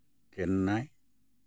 Chennai